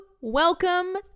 Welcome